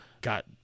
got